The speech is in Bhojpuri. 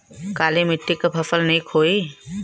काली मिट्टी क फसल नीक होई?